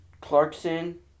Clarkson